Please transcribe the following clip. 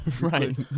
Right